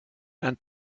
and